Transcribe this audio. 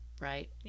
Right